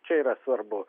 čia yra svarbu